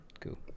Cool